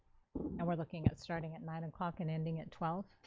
and we're looking at starting at nine o'clock and ending at twelve?